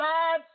God